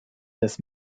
des